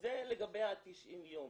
זה לגבי ה-90 יום.